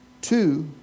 Two